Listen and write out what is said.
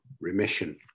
remission